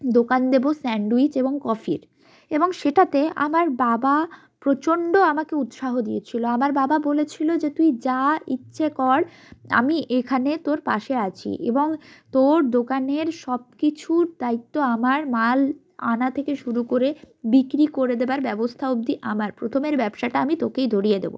দোকান দেব স্যান্ডউইচ এবং কফির এবং সেটাতে আমার বাবা প্রচণ্ড আমাকে উৎসাহ দিয়েছিল আমার বাবা বলেছিল যে তুই যা ইচ্ছে কর আমি এখানে তোর পাশে আছি এবং তোর দোকানের সব কিছুর দায়িত্ব আমার মাল আনা থেকে শুরু করে বিক্রি করে দেওয়ার ব্যবস্থা অবধি আমার প্রথমের ব্যবসাটা আমি তোকেই ধরিয়ে দেব